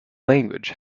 language